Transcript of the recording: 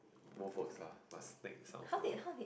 both works lah but snakes sound more